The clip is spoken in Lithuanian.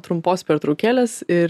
trumpos pertraukėlės ir